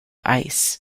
ice